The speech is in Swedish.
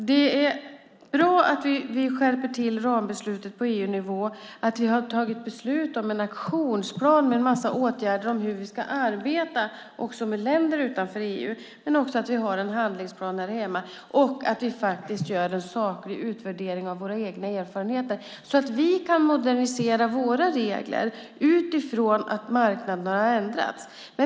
Det är bra att vi skärper rambeslutet på EU-nivå, att vi har fattat beslut om en aktionsplan med åtgärder på hur vi ska arbeta också med länder utanför EU och att vi har en handlingsplan här hemma. Vi ska också göra en saklig utvärdering av våra egna erfarenheter så att vi kan modernisera våra regler utifrån att marknaden har ändrats.